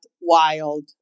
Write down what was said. wild